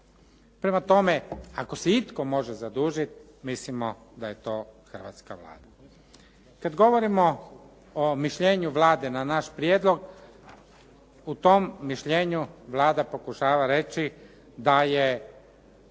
Prema tome, ako se itko može zadužiti mislimo da je to hrvatska Vlada. Kad govorimo o mišljenju Vlade na naš prijedlog u tom mišljenju Vlada pokušava reći da je